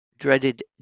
dreaded